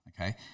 Okay